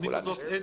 לכם.